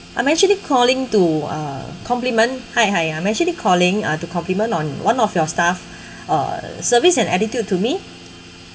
I'm actually calling to uh compliment hi hi I'm actually calling uh to compliment on one of your staff uh service and attitude to me